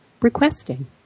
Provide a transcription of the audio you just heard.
requesting